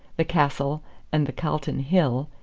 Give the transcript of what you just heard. the castle and the calton hill,